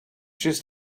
just